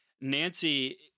Nancy